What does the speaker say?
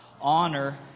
Honor